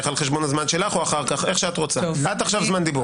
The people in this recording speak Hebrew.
ואז חברת הכנסת שרון ניר.